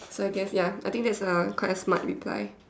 so I guess ya I think that's a quite a smart reply